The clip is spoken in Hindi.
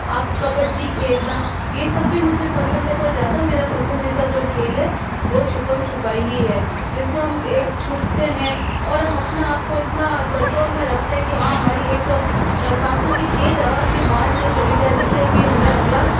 आप कबड्डी खेलना यह सब भी मुझे पसंद है पर ज़्यादा मेरा पसंदीदा जो खेल है वह छुप्पम छुपाई ही है जिसमें हम एक छुपते हैं और हम अपना आप को इतना कंट्रोल में रखते हैं कि हाँ हमारी एक साँसों की तेज़ आवाज़ भी बाहर नहीं चली जाए जिससे कि हमें अगला